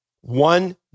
one